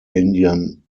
indian